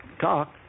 Talk